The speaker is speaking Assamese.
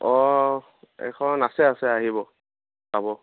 অ এইখন আছে আছে আহিব পাব